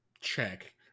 check